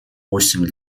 восемь